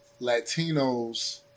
Latinos